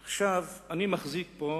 עכשיו, אני מחזיק פה